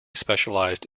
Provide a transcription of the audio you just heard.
specialized